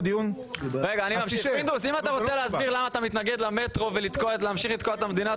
אם אתה רוצה להסביר למה אתה מתנגד למטרו ולהמשיך לתקוע את המדינה,